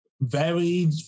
varied